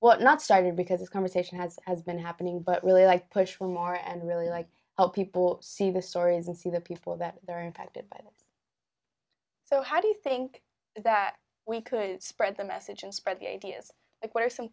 what not started because this conversation has has been happening but really i push for more and really like people see the stories and see the people that are impacted by it so how do you think that we could spread the message and spread the ideas of what are some